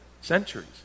centuries